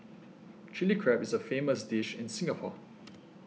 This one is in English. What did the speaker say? Chilli Crab is a famous dish in Singapore